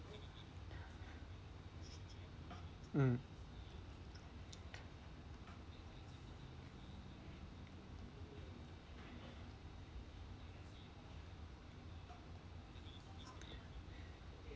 mm